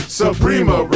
suprema